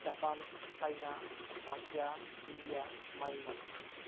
Japan China Russia India Myanmar